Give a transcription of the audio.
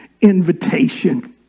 invitation